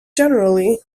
generally